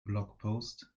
blogpost